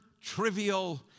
trivial